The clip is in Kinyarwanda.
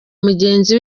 mugenzi